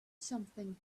something